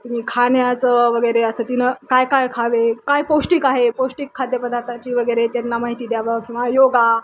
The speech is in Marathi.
तिनं खाण्याचं वगैरे असं तिनं काय काय खावे काय पौष्टिक आहे पौष्टिक खाद्यपदार्थाची वगैरे त्यांना माहिती द्यावी किंवा योगा